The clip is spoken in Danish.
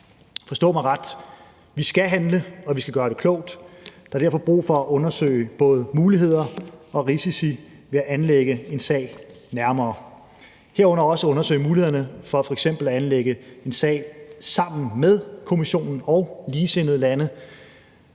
Forstå mig ret: Vi skal handle, og vi skal gøre det klogt. Der er derfor brug for nærmere at undersøge både muligheder og risici ved at anlægge en sag, herunder også undersøge mulighederne for f.eks. at anlægge en sag sammen med Kommissionen og ligesindede lande.